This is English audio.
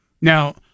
Now